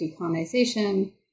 decolonization